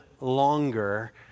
longer